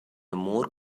more